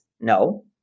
No